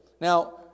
Now